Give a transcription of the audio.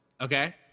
okay